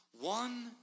One